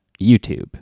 YouTube